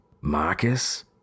Marcus